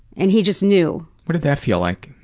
and he just knew. what did that feel like?